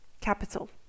capital